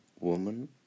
woman